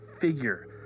figure